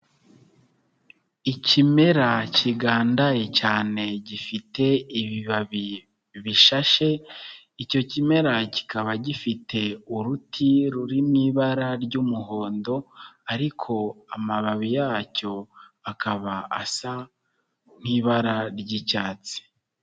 Ikimera kigandaye cyane gifite ibibabi bishashe, icyo kimera kikaba gifite uruti ruri mu ibara ry'umuhondo ariko amababi yacyo akaba asa nk'ibara ry'icyatsi.